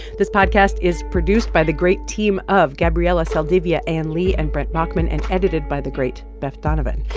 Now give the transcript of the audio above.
this podcast is produced by the great team of gabriela saldivia, anne li and brent baughman and edited by the great beth donovan.